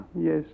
Yes